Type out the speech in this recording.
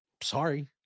Sorry